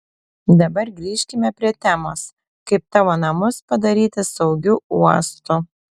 dabar grįžkime prie temos kaip tavo namus padaryti saugiu uostu